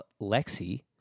lexi